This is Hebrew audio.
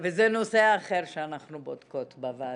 וזה נושא אחר שאנחנו בודקות בוועדה,